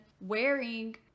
wearing